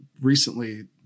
recently